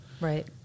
Right